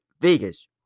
Vegas